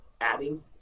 adding